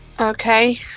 okay